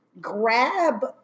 grab